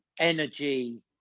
energy